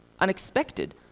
Unexpected